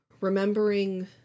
remembering